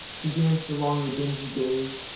he danced along the dingy days,